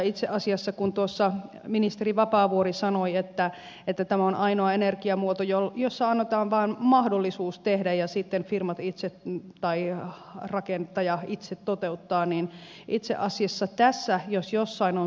itse asiassa kun ministeri vapaavuori sanoi että tämä on ainoa energiamuoto jossa annetaan vain mahdollisuus tehdä ja sitten firmat itse tai rakentaja itse toteuttaa niin itse asiassa tässä jos jossain on subventiota